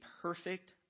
perfect